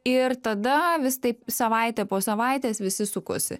ir tada vis taip savaitė po savaitės visi sukosi